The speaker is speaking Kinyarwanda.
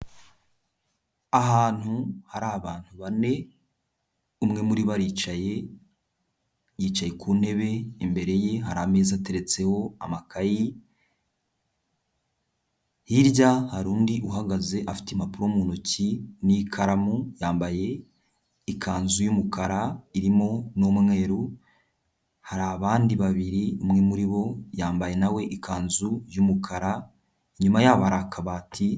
Ahantu hari abantu bane, umwe muri bo aricaye, yicaye ku ntebe imbere ye hari ameza ateretseho amakayi, hirya hari undi uhagaze afite impapuro mu ntoki n'ikaramu, yambaye ikanzu y'umukara irimo n'umweru, hari abandi babiri, umwe muri bo yambaye na we ikanzu y'umukara, inyuma yabo hari akabati...